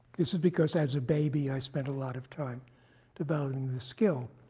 this is because, as a baby, i spent a lot of time developing this skill.